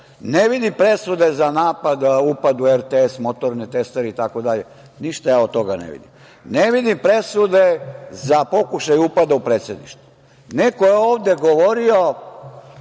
vidim presude za napad, upad u RTS, motorne testere itd. Ništa ja od toga ne vidim. Ne vidim presude za pokušaj upada u Predsedništvo. Neko je ovde govorio,